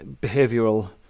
behavioral